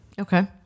okay